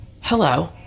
hello